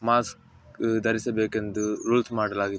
mask ಧರಿಸಬೇಕೆಂದು rules ಮಾಡಲಾಗಿತ್ತು